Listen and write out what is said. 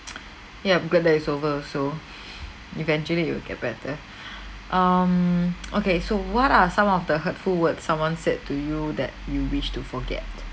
yep glad that is over so eventually it will get better um okay so what are some of the hurtful words someone said to you that you wish to forget